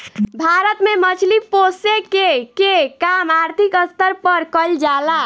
भारत में मछली पोसेके के काम आर्थिक स्तर पर कईल जा ला